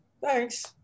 thanks